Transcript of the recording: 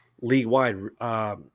league-wide